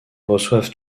reçoivent